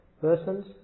persons